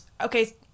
okay